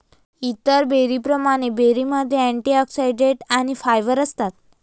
इतर बेरींप्रमाणे, बेरीमध्ये अँटिऑक्सिडंट्स आणि फायबर असतात